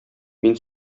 мин